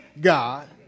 God